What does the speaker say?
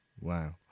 Wow